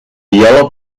yellow